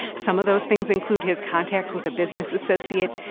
some of those things include his contacts with a business associate.